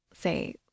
say